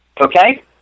okay